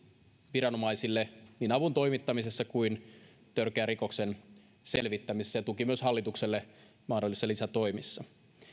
viranomaisille niin avun toimittamisessa kuin törkeän rikoksen selvittämisessä ja tuki myös hallitukselle mahdollisissa lisätoimissa